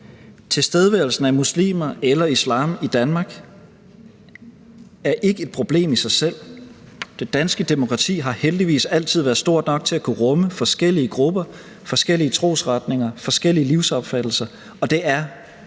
Tilstedeværelsen af muslimer eller islam i Danmark er ikke et problem i sig selv. Det danske demokrati har heldigvis altid være stort nok til at kunne rumme forskellige grupper, forskellige trosretninger, forskellige livsopfattelser, og det er